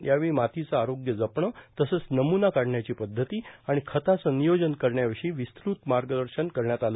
यावेळी मातीचं आरोग्य जपणं तसंच नमुना काढण्याची पद्धती आणि खताचं नियोजन करण्याविषयी विस्तृत मार्गदर्शन करण्यात आलं